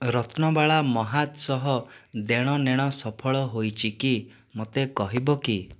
ରତ୍ନବାଳା ମହାତ ସହ ୟୁପିଆଇ ଦେ'ଣନେ'ଣ ସଫଳ ହୋଇଛି କି ମୋତେ କହିବକି